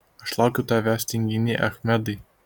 aš laukiu tavęs tinginy achmedai